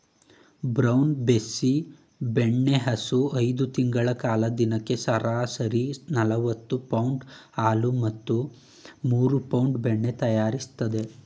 brown Bessie ಬೆಣ್ಣೆಹಸು ಐದು ತಿಂಗಳ ಕಾಲ ದಿನಕ್ಕೆ ಸರಾಸರಿ ನಲವತ್ತು ಪೌಂಡ್ ಹಾಲು ಮತ್ತು ಮೂರು ಪೌಂಡ್ ಬೆಣ್ಣೆ ತಯಾರಿಸ್ತದೆ